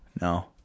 no